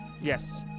yes